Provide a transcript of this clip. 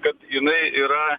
kad jinai yra